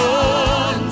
on